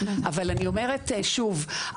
אבל אני אומרת שוב,